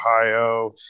Ohio